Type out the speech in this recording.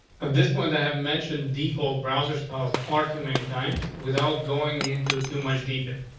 at this point, i have mentioned default browser styles far too many times without going into too much detail.